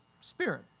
spirit